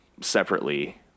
separately